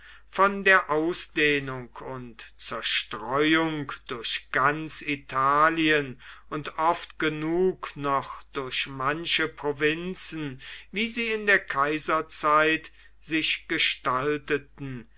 von der ausdehnung und zerstreuung durch ganz italien und oft genug noch durch manche provinzen wie sie in der kaiserzeit sich gestalteten